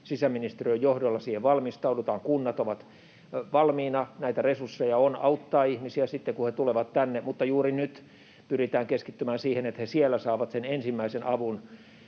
Sisäministe-riön johdolla siihen valmistaudutaan, kunnat ovat valmiina. Näitä resursseja on auttaa ihmisiä sitten, kun he tulevat tänne, mutta juuri nyt pyritään keskittymään siihen, että he saavat sen ensimmäisen avun